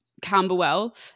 Camberwell